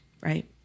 Right